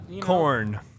corn